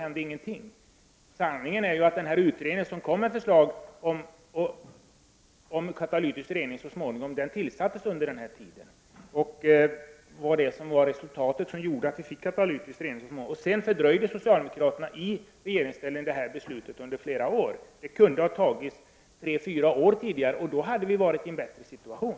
Sanningen i det här fallet är att den utredning som så småningom kom med ett förslag om katalytisk rening tillsattes under den borgerliga tiden. Detta resulterade så småningom i att vi fick katalytisk rening. Sedan fördröjde socialdemokraterna i regeringsställning det här beslutet under flera år. Beslutet kunde ha fattats tre eller fyra år tidigare. Då hade vi varit i en bättre situation.